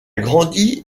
grandi